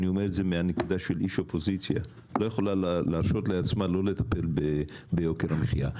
אני אומר את זה מעמדה של איש אופוזיציה לא לטפל ביוקר המחייה.